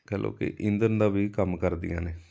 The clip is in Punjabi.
ਕਹਿ ਲਓ ਕਿ ਇੰਧਨ ਦਾ ਵੀ ਕੰਮ ਕਰਦੀਆਂ ਨੇ